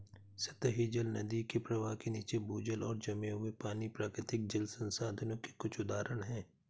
सतही जल, नदी के प्रवाह के नीचे, भूजल और जमे हुए पानी, प्राकृतिक जल संसाधनों के कुछ उदाहरण हैं